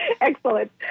Excellent